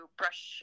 brush